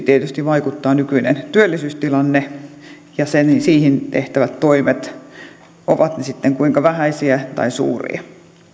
tietysti vaikuttaa erityisesti nykyinen työllisyystilanne ja siihen tehtävät toimet ovat ne sitten kuinka vähäisiä tai suuria